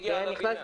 הגיע לבניין.